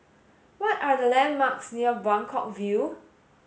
what are the landmarks near Buangkok View